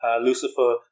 Lucifer